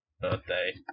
birthday